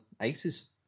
aces